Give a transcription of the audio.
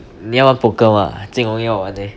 你要玩 poker 吗 jing hong 要玩 leh